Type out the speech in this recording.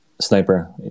sniper